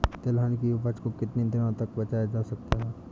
तिलहन की उपज को कितनी दिनों तक बचाया जा सकता है?